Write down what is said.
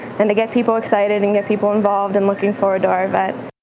and to get people excited, and get people involved and looking forward to our event.